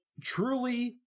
truly